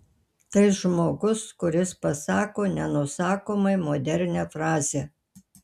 tai žmogus kuris pasako nenusakomai modernią frazę